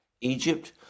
Egypt